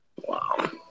Wow